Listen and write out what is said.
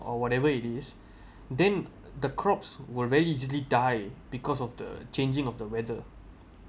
or whatever it is then the crops will very easily die because of the changing of the weather